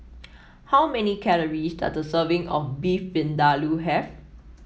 how many calories does a serving of Beef Vindaloo have